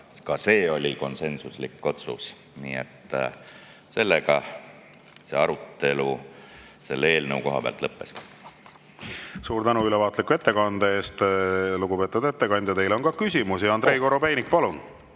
ka see oli konsensuslik otsus. Sellega arutelu selle eelnõu üle lõppes. Suur tänu ülevaatliku ettekande eest! Lugupeetud ettekandja, teile on ka küsimusi. Andrei Korobeinik, palun!